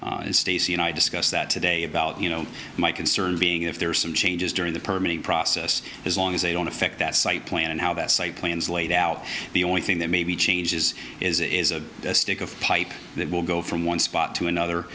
and stacy and i discussed that today about you know my concern being if there are some changes during the permitting process as long as they don't affect that site plan and how that site plans laid out the only thing that maybe changes is it is a stick of pipe that will go from one spot to another